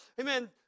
amen